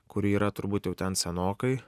kuri yra turbūt jau ten senokai